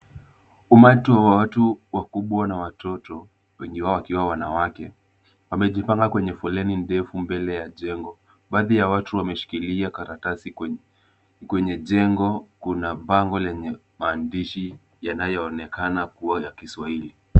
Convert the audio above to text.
Umati wa watu wakubwa na watoto wengi wao wakiwa wanawake, wamejipanga kwenye foleni ndefu mbele ya jengo. Baadhi ya watu wameshikilia karatasi. Kwenye jengo kuna bango lenye maandishi yanayoonekana kuwa ya Kiswahili.